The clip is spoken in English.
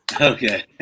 Okay